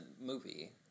movie